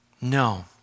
No